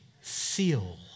seal